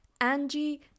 Angie